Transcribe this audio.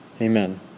amen